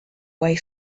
way